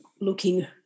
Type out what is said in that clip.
looking